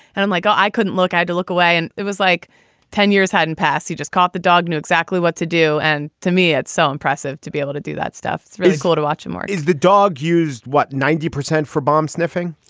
and and like i i couldn't look i had to look away and it was like ten years hadn't passed. he just caught the dog, knew exactly what to do. and to me, it's so impressive to be able to do that stuff physical to watch it more is the dog used, what, ninety percent for bomb sniffing?